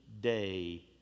day